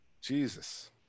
Jesus